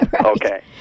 okay